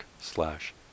slash